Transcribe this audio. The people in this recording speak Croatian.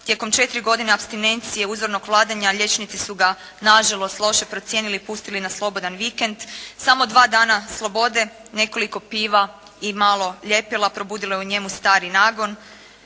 Tijekom četiri godine apstinencije i uzornog vladanja liječnici su ga na žalost, loše procijenili i pustili na slobodan vikend. Samo dva dana slobode, nekoliko piva i malo ljepila probudilo je u njemu stari nagon